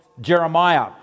Jeremiah